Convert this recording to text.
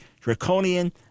draconian